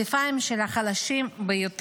דור שלם של ישראלים הולך למצוא את עצמו חסר